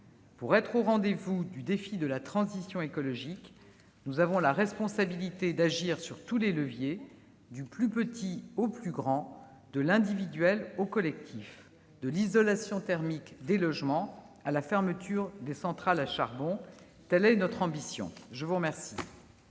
Pour être au rendez-vous du défi de la transition écologique, nous avons la responsabilité d'agir sur tous les leviers, du plus petit au plus grand, de l'individuel au collectif, de l'isolation thermique des logements à la fermeture des centrales à charbon. Telle est notre ambition ! La parole